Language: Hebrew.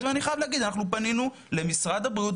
אולי יש קשר למימון של משרד האוצר למשרד הבריאות